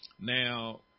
Now